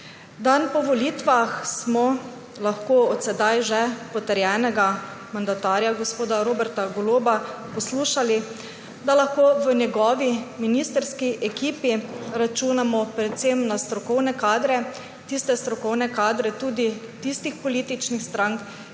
Dan po volitvah smo lahko od sedaj že potrjenega mandatarja gospoda Roberta Goloba poslušali, da lahko v njegovi ministrski ekipi računamo predvsem na strokovne kadre, strokovne kadre tudi tistih političnih strank,